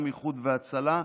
גם איחוד הצלה.